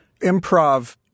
Improv